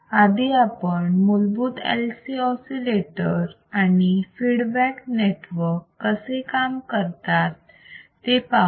आधी आपण मूलभूत LC ऑसिलेटर आणि फीडबॅक नेटवर्क कसे काम करतात ते पाहू